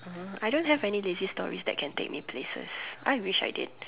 uh I don't have any lazy stories that can take me places I wish I did